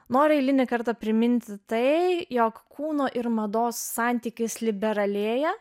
noriu eilinį kartą priminti tai jog kūno ir mados santykis liberalėja